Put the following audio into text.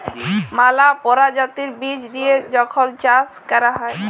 ম্যালা পরজাতির বীজ দিঁয়ে যখল চাষ ক্যরা হ্যয়